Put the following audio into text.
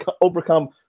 overcome